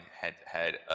head-to-head